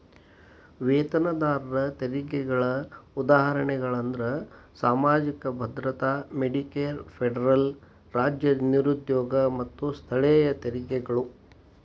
ವೇತನದಾರರ ತೆರಿಗೆಗಳ ಉದಾಹರಣೆಗಳಂದ್ರ ಸಾಮಾಜಿಕ ಭದ್ರತಾ ಮೆಡಿಕೇರ್ ಫೆಡರಲ್ ರಾಜ್ಯ ನಿರುದ್ಯೋಗ ಮತ್ತ ಸ್ಥಳೇಯ ತೆರಿಗೆಗಳು